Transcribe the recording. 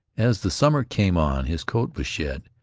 as the summer came on, his coat was shed.